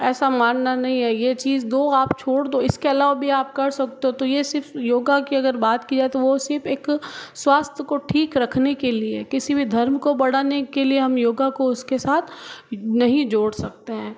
ऐसा मानना नहीं है यह चीज़ तो आप छोड़ दो इसके अलावा भी आप कर सकते हो तो यह सिर्फ योगा की अगर बात की जाए तो वो सिर्फ एक स्वास्थय को ठीक रखने के लिए है किसी भी धर्म को बढाने के लिए हम योगा को उसके साथ नहीं जोड़ सकते हैं